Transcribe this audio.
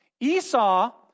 Esau